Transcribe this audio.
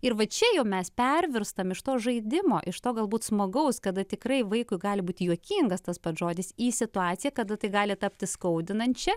ir va čia jau mes pervirstam iš to žaidimo iš to galbūt smagaus kada tikrai vaikui gali būti juokingas tas pats žodis į situaciją kada tai gali tapti skaudinančia